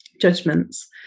judgments